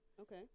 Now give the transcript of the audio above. Okay